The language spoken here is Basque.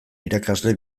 irakasle